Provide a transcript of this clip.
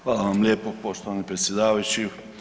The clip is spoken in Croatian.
Hvala vam lijepo poštovani predsjedavajući.